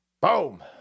boom